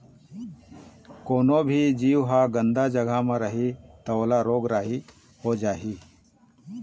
कोनो भी जीव ह गंदा जघा म रही त ओला रोग राई हो जाही